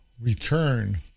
return